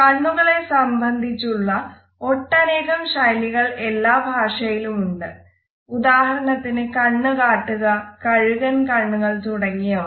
കണ്ണുകളെ സംബന്ധിച്ചുള്ള ഒട്ടനേകം ശൈലികൾ എല്ലാ ഭാഷയിലും ഉണ്ട് ഉദാഹരണത്തിന് കണ്ണ് കാട്ടുക കഴുകൻ കണ്ണുകൾ തുടങ്ങിയവ